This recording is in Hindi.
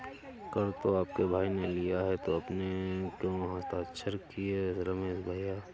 कर तो आपके भाई ने लिया है तो आपने क्यों हस्ताक्षर किए रमेश भैया?